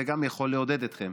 זה גם יכול לעודד אתכם,